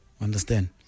understand